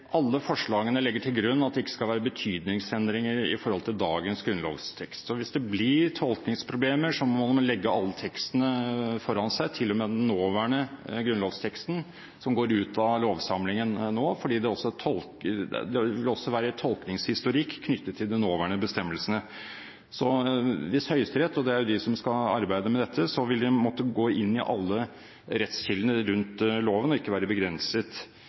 Alle forslagene legger til grunn at det ikke skal være betydningsendringer i forhold til dagens grunnlovstekst. Hvis det blir tolkningsproblemer, må man legge all teksten foran seg, til og med den nåværende grunnlovsteksten som går ut av lovsamlingen nå, fordi det også vil være tolkningshistorikk knyttet til de nåværende bestemmelsene. Høyesterett – og det er de som skal arbeide med dette – vil måtte gå inn i alle rettskildene rundt loven og ikke være begrenset,